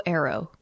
Arrow